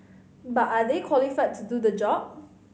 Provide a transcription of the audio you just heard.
but are they qualified to do the job